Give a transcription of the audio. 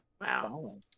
Wow